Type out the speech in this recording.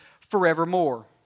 forevermore